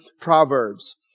Proverbs